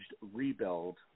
rebuild